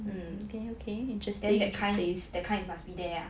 that kind is that kind you must be there